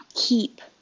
Keep